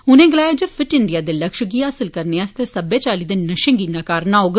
उने गलाया जे फिट इंडियां दे लक्ष्य गी हासिल करने आसतै सब्बै चाल्ली दे नशे गी नकारना होग